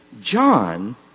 John